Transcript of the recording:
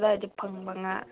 ꯑꯗꯥꯏꯗ ꯐꯪꯕ ꯉꯥ